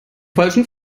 falschen